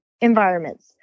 environments